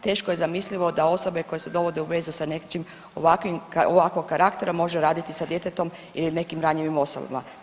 Teško je zamislivo da osobe koje se dovode u vezu sa nečim ovakvim, ovakvog karaktera, može raditi sa djetetom ili nekim ranjivim osobama.